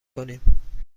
کنیم